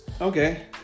Okay